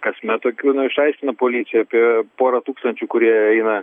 kasmet tokių na išaiškina policija apie porą tūkstančių kurie eina